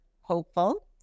hopeful